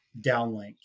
downlink